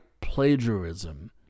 plagiarism